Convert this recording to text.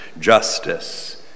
justice